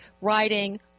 writing